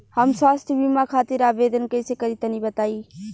हम स्वास्थ्य बीमा खातिर आवेदन कइसे करि तनि बताई?